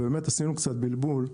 באמת עשינו קצת בלבול,